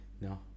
no